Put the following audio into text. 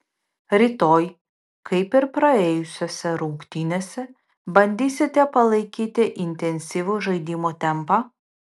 rytoj kaip ir praėjusiose rungtynėse bandysite palaikyti intensyvų žaidimo tempą